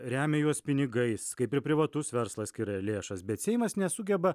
remia juos pinigais kaip ir privatus verslas skiria lėšas bet seimas nesugeba